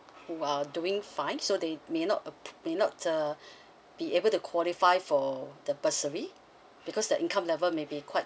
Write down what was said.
are doing fine so they may not may not uh be able to qualify for the bursary because the income level maybe quite